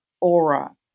aura